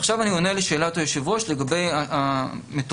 ועכשיו אני עונה לשאלת היושב-ראש לגבי מתודיקה.